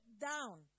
down